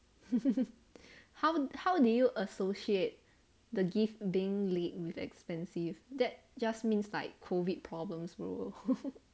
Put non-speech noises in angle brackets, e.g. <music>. <laughs> how how did you associate the gift being laid with expensive that just means like COVID problems bro